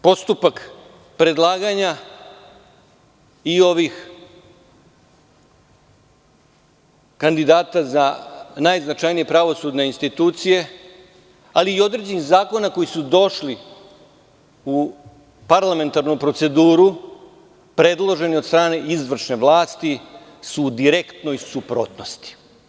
Čini mi se da sam postupak predlaganja i ovih kandidata za najznačajnije pravosudne institucije ali i određenih zakona koji su došli u parlamentarnu proceduru predloženi od strane izvršne vlasti su u direktnoj suprotnosti.